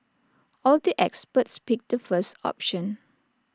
all the experts picked the first option